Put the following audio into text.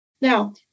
Now